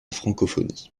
francophonie